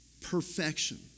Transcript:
perfection